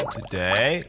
Today